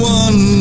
one